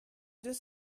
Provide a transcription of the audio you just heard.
deux